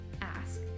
ask